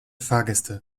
fahrgäste